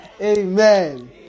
Amen